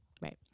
Right